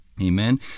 Amen